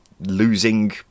losing